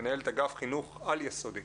מנהלת אגף חינוך על יסודי,